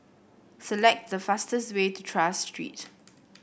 select the fastest way to Tras Street